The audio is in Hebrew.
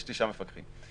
יש תשעה מפקחים.